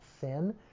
sin